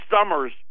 summers